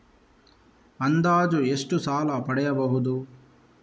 ಅಂದಾಜು ಎಷ್ಟು ಸಾಲ ಪಡೆಯಬಹುದು?